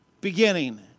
beginning